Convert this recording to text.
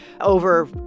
over